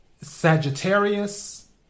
Sagittarius